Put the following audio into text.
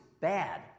bad